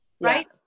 Right